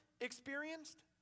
experienced